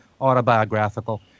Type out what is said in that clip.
autobiographical